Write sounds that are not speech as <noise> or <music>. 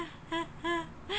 <laughs>